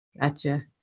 Gotcha